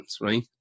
right